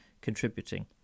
contributing